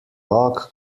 log